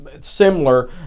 Similar